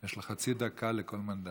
יש לך חצי דקה על כל מנדט.